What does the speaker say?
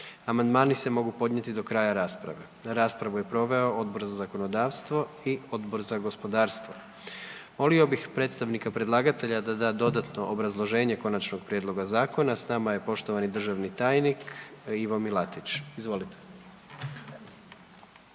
Amandmani se mogu podnijeti do kraja rasprave. Raspravu je proveo Odbor za zakonodavstvo i Odbor za gospodarstvo. Molio bih sada predstavnika predlagatelja da da dodatno obrazloženje Konačnog prijedloga zakona. S nama je poštovani državni tajnik Ivo Milatić, izvolite.